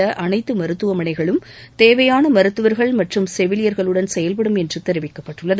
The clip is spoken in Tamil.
உள்ள அனைத்து மாநிலத்தில் மருத்துவமனைகளும் தேவையான மருத்துவர்கள் மற்றம் செவிலியர்களுடன் செயல்படும் என்று தெரிவிக்கப்பட்டுள்ளது